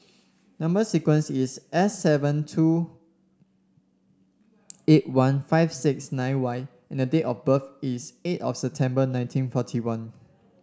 number sequence is S seven two eight one five six nine Y and date of birth is eight of September nineteen forty one